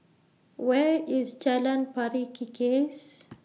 Where IS Jalan Pari Kikis